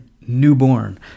newborn